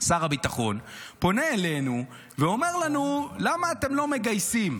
שר הביטחון פונה אלינו ואומר לנו: למה אתם לא מגייסים?